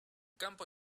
campo